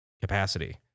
capacity